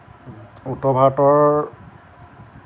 উত্তৰ ভাৰতৰ